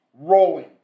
rolling